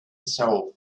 soul